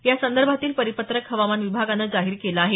या संदर्भातील परिपत्रक हवामान विभागानं जाहीर केलं आहे